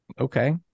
Okay